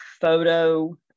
photo